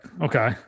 Okay